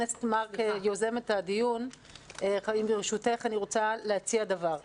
יוזמת הדיון, ברשותך, אני רוצה להציע דבר.